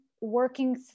working